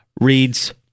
reads